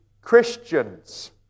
Christians